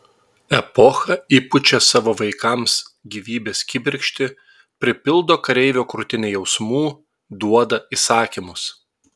epocha įpučia savo vaikams gyvybės kibirkštį pripildo kareivio krūtinę jausmų duoda įsakymus